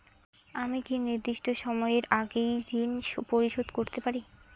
আমি কি নির্দিষ্ট সময়ের আগেই ঋন পরিশোধ করতে পারি?